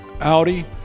Audi